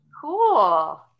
Cool